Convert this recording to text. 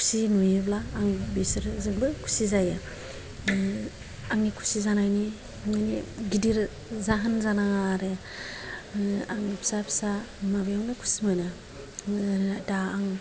खुसि नुयोब्ला आं बिसोरो जोबोद खुसि जायो आंनि खुसि जानायनि माने गिदिर जाहोन जानाङा आरो आंनि फिसा फिसा माबायावनो खुसि मोनो दा आं